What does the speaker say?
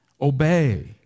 obey